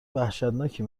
وحشتناکی